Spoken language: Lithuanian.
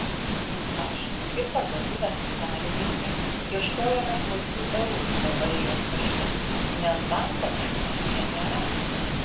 ir aš ir parduotuvės savininkė ieškojome smulkių eurų kalvarijos pašte nes banko miestelyje nėra